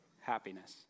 happiness